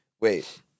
wait